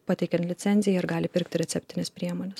pateikia licenciją ir gali pirkti receptines priemones